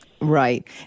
Right